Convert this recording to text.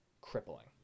crippling